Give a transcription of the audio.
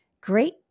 Great